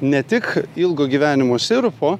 ne tik ilgo gyvenimo sirupo